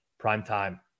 Primetime